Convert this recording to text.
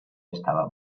estava